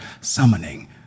summoning